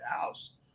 house